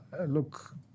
look